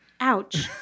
ouch